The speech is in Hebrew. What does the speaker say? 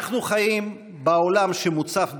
אנחנו חיים בעולם שמוצף במידע.